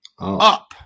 up